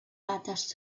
dates